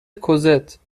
کوزتچون